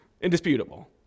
indisputable